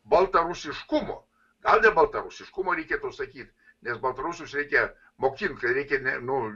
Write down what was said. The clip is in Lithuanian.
baltarusiškumo gal ne baltarusiškumo reikėtų sakyt ne baltarusius reikia mokint kai reikia ne nu